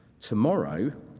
Tomorrow